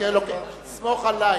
סמוך עלי,